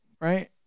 right